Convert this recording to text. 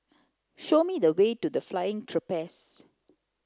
show me the way to The Flying Trapeze